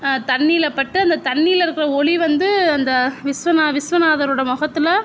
தண்ணியில் பட்டு அந்த தண்ணியில் இருக்கிற ஒளி வந்து அந்த விஸ்வநா விஸ்வநாதரோடய முகத்துல